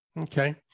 Okay